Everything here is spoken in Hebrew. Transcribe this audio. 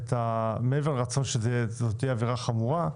מעבר לרצון שזאת תהיה עבירה חמורה,